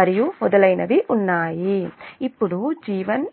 మరియు మొదలైనవి ఉన్నాయి ఇప్పుడు G1 H1 G2 H2 make it in genaral